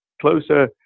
closer